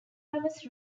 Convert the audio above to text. was